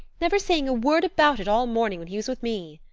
never saying a word about it all morning when he was with me.